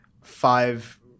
five